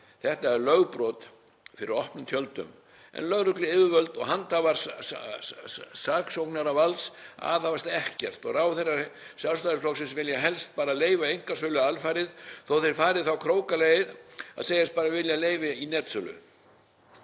Þetta er lögbrot fyrir opnum tjöldum en lögregluyfirvöld og handhafar saksóknaravalds aðhafast ekkert. Og ráðherrar Sjálfstæðisflokksins vilja helst bara leyfa einkasölu alfarið þó að þeir fari þá krókaleið að segjast bara vilja leyfi í netsölu.